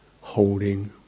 holding